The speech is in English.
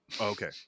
Okay